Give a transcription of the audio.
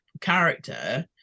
character